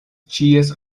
ĉies